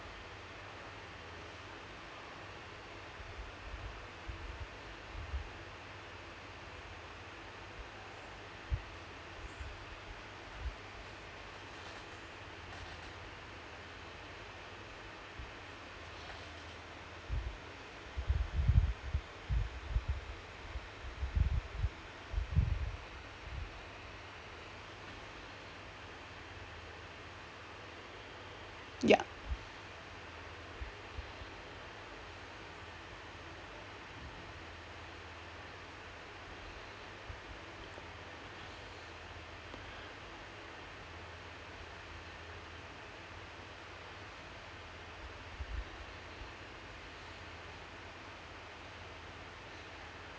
ya